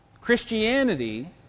Christianity